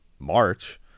March